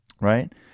right